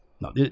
No